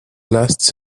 lasts